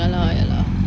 ya lah ya lah